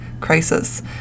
crisis